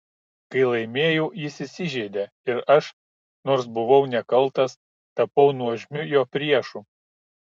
kai laimėjau jis įsižeidė ir aš nors buvau nekaltas tapau nuožmiu jo priešu